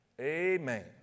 amen